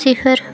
सिफर